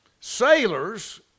Sailors